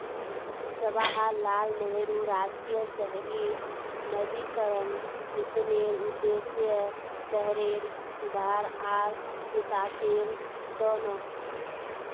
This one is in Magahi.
जवाहरलाल नेहरू राष्ट्रीय शहरी नवीकरण मिशनेर उद्देश्य शहरेर सुधार आर विकासेर त न